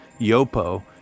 yopo